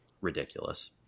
ridiculous